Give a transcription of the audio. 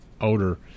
odor